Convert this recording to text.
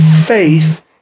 Faith